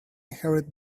hurried